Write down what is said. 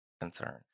concern